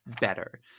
better